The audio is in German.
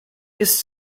ist